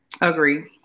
Agree